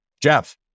Jeff